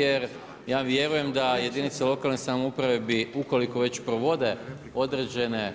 Jer ja vjerujem da jedinice lokalne samouprave bi ukoliko već provode određene